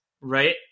right